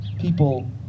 People